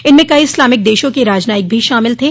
इनमें कई इस्लामिक देशों के राजनयिक भी शामिल थे